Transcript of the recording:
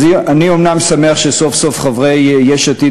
אז אני אומנם שמח שסוף-סוף חברי יש עתיד